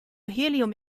helium